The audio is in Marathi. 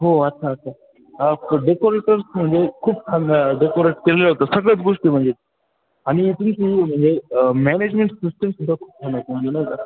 हो अच्छा अच्छा हा डेकोरेटर्स म्हणजे खूप छान डेकोरेट केलेलं होतं सगळ्याच गोष्टी म्हणजे आणि इथून ती म्हणजे मॅनेजमेंट सिस्टम सुद्धा खूप छान होती म्हणजे नाही का